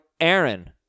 Aaron